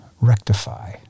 Rectify